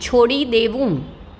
છોડી દેવું